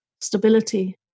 stability